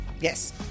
Yes